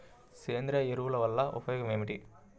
సేంద్రీయ ఎరువుల వల్ల ఉపయోగమేమిటీ?